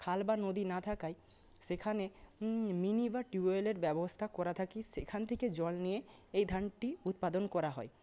খাল বা নদী না থাকায় সেখানে মিনি বা টিউবওয়েলের ব্যবস্থা করা থাকে সেখান থেকে জল নিয়ে এই ধানটি উৎপাদন করা হয়